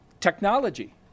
technology